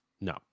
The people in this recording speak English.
no